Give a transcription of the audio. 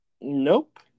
Nope